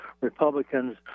Republicans